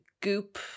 goop